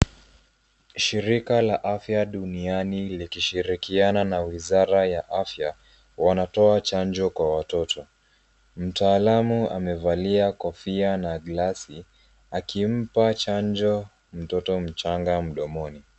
Shirika la afya duniani likishirikiana na wizara ya afya, wanatoa chanjo kwa watoto. Mtaalamu amevalia kofia na glasi akimpa chanjo mtoto mchanga mdomoni.